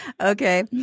Okay